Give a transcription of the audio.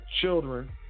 children